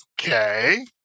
Okay